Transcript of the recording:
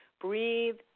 breathe